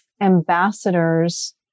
ambassadors